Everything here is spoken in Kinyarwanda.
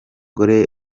gore